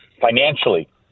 financially